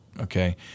Okay